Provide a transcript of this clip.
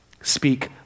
Speak